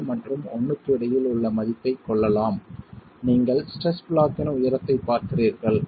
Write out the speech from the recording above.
75 மற்றும் 1 க்கு இடையில் உள்ள மதிப்பைக் கொள்ளலாம் நீங்கள் ஸ்ட்ரெஸ் ப்ளாக்கின் உயரத்தைப் பார்க்கிறீர்கள்